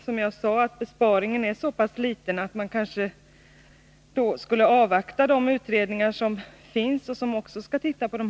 Som jag sade är besparingen så liten att man kanske borde avvakta de utredningar som skall granska dessa frågor.